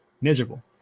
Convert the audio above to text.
miserable